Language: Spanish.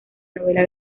novela